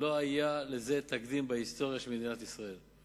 לא היה לזה תקדים בהיסטוריה של מדינת ישראל.